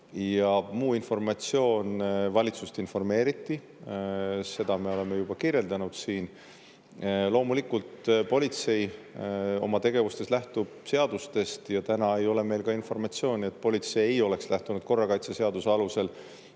Ja muu informatsioon: valitsust informeeriti, seda me oleme juba kirjeldanud siin. Loomulikult politsei oma tegevustes lähtub seadustest ja täna ei ole meil informatsiooni, et politsei ei oleks lähtunud korrakaitseseaduse alusel